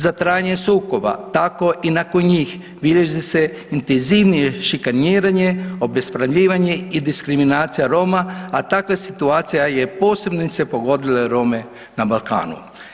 Za trajanje sukoba, tako i nakon njih bilježe intenzivnije šikaniranje, obespravljivanje i diskriminacija Roma a takve situacije su posebni pogodile Rome na Balkanu.